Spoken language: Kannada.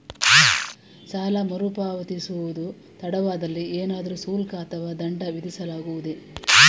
ಸಾಲ ಮರುಪಾವತಿಸುವುದು ತಡವಾದಲ್ಲಿ ಏನಾದರೂ ಶುಲ್ಕ ಅಥವಾ ದಂಡ ವಿಧಿಸಲಾಗುವುದೇ?